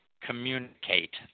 communicate